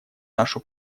нашу